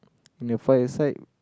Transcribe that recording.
in the fight aside